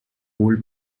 old